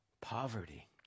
Poverty